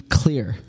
clear